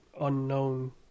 unknown